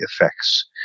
effects